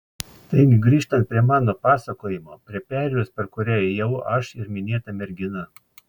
taigi grįžtant prie mano pasakojimo prie perėjos per kurią ėjau aš ir minėta mergina